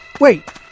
Wait